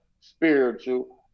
spiritual